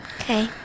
Okay